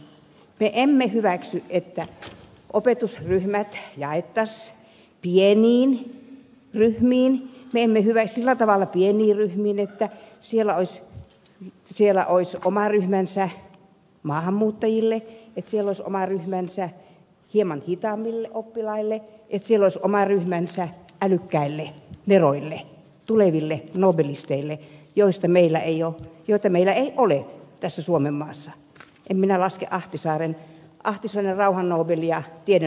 me emme hyväksy että opetusryhmät jaettaisiin pieniin ryhmiin sillä tavalla pieniin ryhmiin että siellä olisi oma ryhmänsä maahanmuuttajille että siellä olisi oma ryhmänsä hieman hitaammille oppilaille että siellä olisi oma ryhmänsä älykkäille neroille tuleville nobelisteille joita meillä ei ole tässä suomenmaassa en minä laske ahtisaaren rauhan nobelia tiede nobeliksi